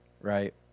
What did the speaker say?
right